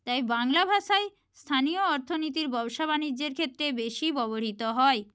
তাই বাংলা ভাষাই স্থানীয় অর্থনীতির ব্যবসা বাণিজ্যের ক্ষেত্রে বেশি ব্যবহৃত হয়